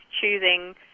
choosing